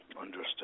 Understood